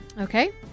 Okay